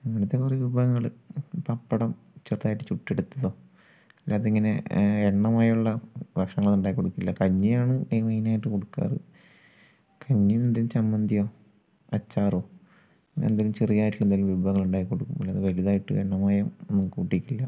അങ്ങനത്തെ കുറേ വിഭവങ്ങൾ പപ്പടം ചെറുതായിട്ട് ചുട്ടെടുത്തതോ അല്ലാതിങ്ങനെ എണ്ണമയമുള്ള ഭക്ഷണങ്ങളൊന്നും ഉണ്ടാക്കിക്കൊടുക്കില്ല കഞ്ഞിയാണ് ഈ മെയിനായിട്ട് കൊടുക്കാറ് കഞ്ഞിയും എന്ത് ചമ്മന്തിയോ അച്ചാറോ അങ്ങനെ എന്തെങ്കിലും ചെറിയതായിട്ടുള്ള എന്തെങ്കിലും വിഭവങ്ങൾ ഉണ്ടാക്കിക്കൊടുക്കും അല്ലാതെ വലുതായിട്ട് എണ്ണമയം ഒന്നും കൂട്ടിക്കില്ല